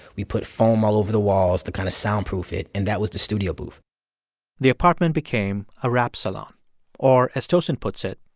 we put foam all over the walls to kind of soundproof it, and that was the studio booth the apartment became a rap salon or, as tosin puts it,